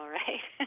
right